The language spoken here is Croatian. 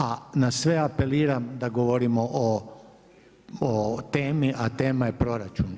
A na sve apeliram da govorimo o temi, a tema je proračun.